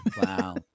Wow